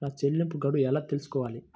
నా చెల్లింపు గడువు ఎలా తెలుసుకోవాలి?